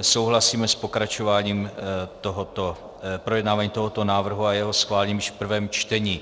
souhlasíme s pokračováním projednávání tohoto návrhu a jeho schválením již v prvém čtení.